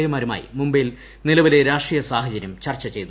എമാരുമായി മുംബെയിൽ നിലവിലെ രാഷ്ട്രീയ സാഹചരൃം ചർച്ചചെയ്തു